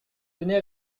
venez